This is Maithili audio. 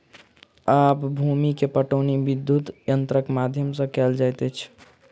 आब भूमि के पाटौनी विद्युत यंत्रक माध्यम सॅ कएल जाइत अछि